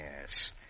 Yes